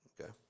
okay